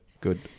good